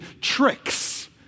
tricks